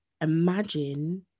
imagine